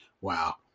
Wow